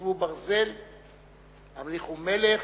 קבצו ברזל, המליכו מלך,